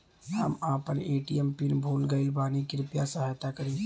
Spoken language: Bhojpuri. हम आपन ए.टी.एम पिन भूल गईल बानी कृपया सहायता करी